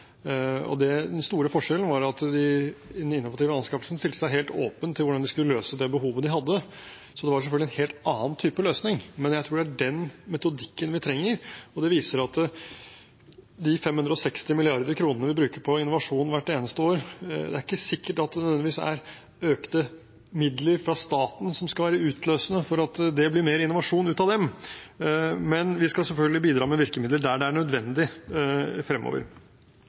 Den store forskjellen var at den innovative anskaffelsen stilte seg helt åpen til hvordan de skulle løse det behovet de hadde, så det var selvfølgelig en helt annen type løsning. Men jeg tror det er den metodikken vi trenger. Vi bruker 560 mrd. kr. på innovasjon hvert eneste år, men det er ikke sikkert at det nødvendigvis er økte midler fra staten som er utløsende for at det blir mer innovasjon ut av dem. Men vi skal selvfølgelig bidra med virkemidler der det er nødvendig fremover.